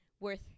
worth